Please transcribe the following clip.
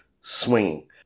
swinging